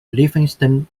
livingston